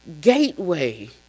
gateway